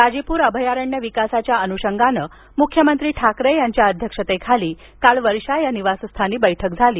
दाजीपूर अभयारण्य विकासाच्या अनुषंगानं मुख्यमंत्री ठाकरे यांच्या अध्यक्षतेखाली काल वर्षा निवासस्थानी बैठक झाली